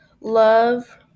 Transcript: love